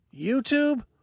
YouTube